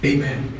Amen